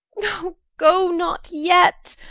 oh go not yet.